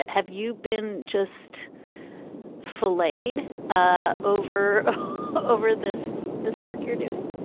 have you been just flayed ah over over this. this work you're doing